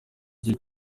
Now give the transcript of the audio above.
igihe